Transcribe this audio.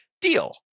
deal